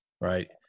right